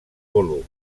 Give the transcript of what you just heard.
volum